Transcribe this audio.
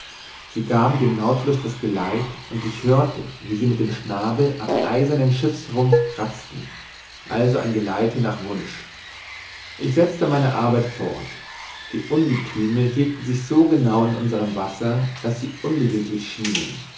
sie gaben dem nautilus das geleit und ich hörte wie sie mit dem schnabel am eisernen schiffsrumpf kratzten also ein geleite nach wunsch ich setzte meine arbeit fort die ungethüme hielten sich so genau in unserem wasser daß sie unbeweglich schienen